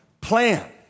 plan